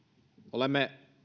olemme